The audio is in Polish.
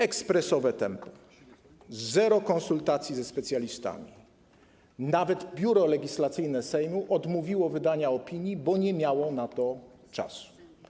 Ekspresowe tempo, zero konsultacji ze specjalistami, nawet Biuro Legislacyjne Sejmu odmówiło wydania opinii, bo nie miało na to czasu.